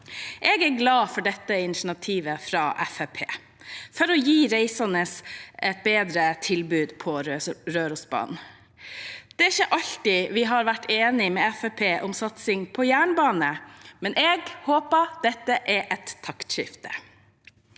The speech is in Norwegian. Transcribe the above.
Jeg er glad for dette initiativet fra Fremskrittspartiet for å gi reisende et bedre tilbud på Rørosbanen. Det er ikke alltid vi har vært enige med Fremskrittspartiet om satsing på jernbane, men jeg håper dette er et taktskifte.